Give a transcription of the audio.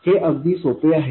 हे अगदी सोपे आहे